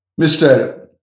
Mr